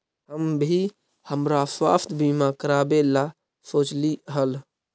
हम भी हमरा स्वास्थ्य बीमा करावे ला सोचली हल